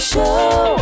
Show